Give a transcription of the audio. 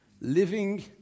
Living